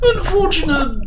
Unfortunate